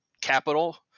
capital